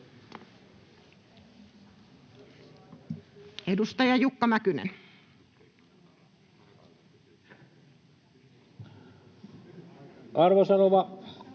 Edustaja Jukka Mäkynen. Arvoisa rouva